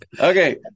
Okay